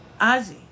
Ozzy